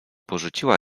porzuciła